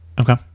Okay